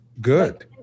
good